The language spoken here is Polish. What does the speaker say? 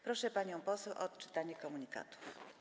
Proszę panią poseł o odczytanie komunikatów.